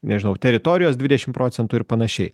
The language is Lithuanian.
nežinau teritorijos dvidešimt procentų ir panašiai